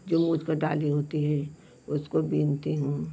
जो मूच पर डाली होती है उसको बुनती हूँ